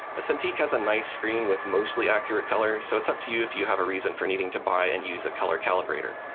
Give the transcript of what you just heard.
a cintiq has a nice screen with mostly accurate color so it's up to you if you have a reason for needing to buy and use a color calibrator.